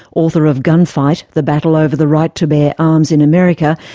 author of gunfight the battle over the right to bear arms in america,